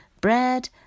Bread